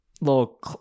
little